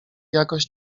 jakoś